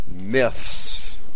myths